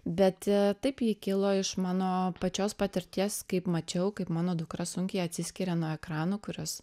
bet taip ji kilo iš mano pačios patirties kaip mačiau kaip mano dukra sunkiai atsiskiria nuo ekranų kuriuos